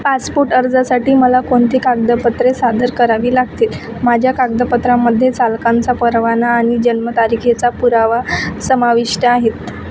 passport अर्जासाठी मला कोणती कागदपत्रे सादर करावी लागतील माझ्या कागदपत्रामध्ये चालकांचा परवाना आणि जन्मतारखेचा पुरावा समाविष्ट आहेत